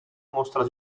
mostra